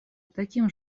таким